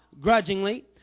grudgingly